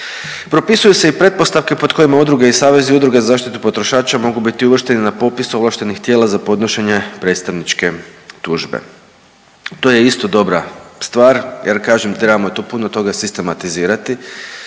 Propisuju se i pretpostavke pod kojima udruge i savezi udruga za zaštitu potrošača mogu biti uvršteni na popis ovlaštenih tijela za podnošenje predstavničke tužbe. To je isto dobra stvar jer, kažem, trebamo to puno toga sistematizirati